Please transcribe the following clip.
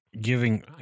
giving